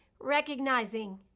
recognizing